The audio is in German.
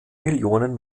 millionen